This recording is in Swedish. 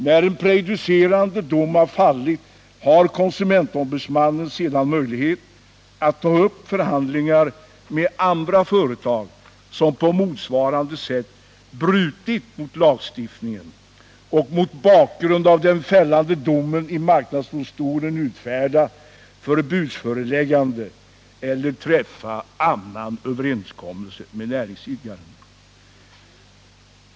När en prejudicerande dom fallit har konsumentombudsmannen sedan möjlighet att ta upp förhandlingar med andra företag som på motsvarande sätt brutit mot lagstiftningen och mot bakgrund av den fällande domen i marknadsdomstolen utfärda förbudsföreläggande eller träffa annan överenskommelse med näringsidkaren.